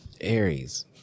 Aries